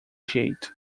jeito